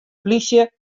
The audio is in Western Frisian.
plysje